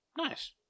Nice